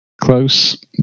Close